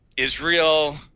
Israel